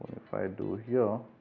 if i do here